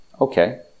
Okay